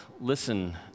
listen